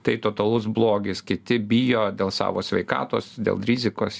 tai totalus blogis kiti bijo dėl savo sveikatos dėl rizikos